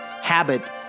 habit